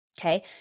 okay